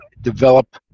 develop